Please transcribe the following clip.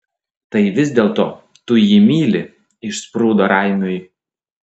tai vis dėlto tu jį myli išsprūdo raimiui